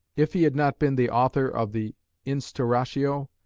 if he had not been the author of the instauratio,